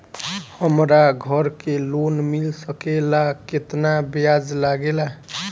हमरा घर के लोन मिल सकेला केतना ब्याज लागेला?